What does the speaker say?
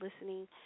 listening